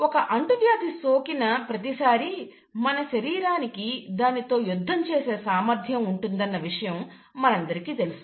ఒక అంటువ్యాధి సోకిన ప్రతిసారి మన శరీరానికి దానితో యుద్ధం చేసే సామర్థ్యం ఉంటుందన్న విషయం మనందరికీ తెలుసు